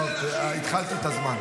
הלאה.